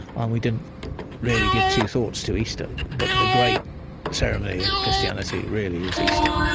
and we didn't really give two thoughts to easter. but the great ceremony of christianity, really, is easter.